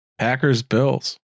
Packers-Bills